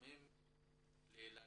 תנחומים לילדיה,